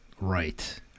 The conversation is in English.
Right